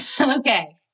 Okay